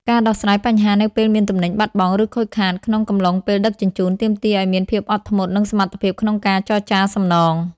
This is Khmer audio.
ការដោះស្រាយបញ្ហានៅពេលមានទំនិញបាត់បង់ ឬខូចខាតក្នុងកំឡុងពេលដឹកជញ្ជូន ទាមទារឱ្យមានភាពអត់ធ្មត់ និងសមត្ថភាពក្នុងការចរចាសំណង។